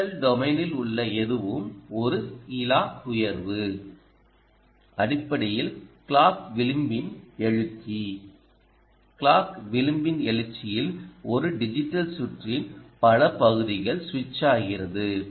digital டொமைனில் உள்ள எதுவும் ஒரு கிளாக் உயர்வு அடிப்படையில் கிளாக் விளிம்பின் எழுச்சிகிளாக் விளிம்பின் எழுச்சியில் ஒரு டிஜிட்டல் சுற்றின் பல பகுதிகள் சுவிட்சாகிறது